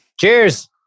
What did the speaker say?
cheers